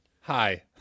hi